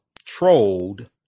trolled